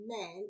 men